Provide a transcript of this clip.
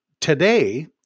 today